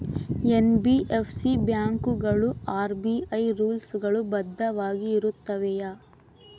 NBFC ಬ್ಯಾಂಕುಗಳು RBI rules ಗಳು ಬದ್ಧವಾಗಿ ಇರುತ್ತವೆಯ?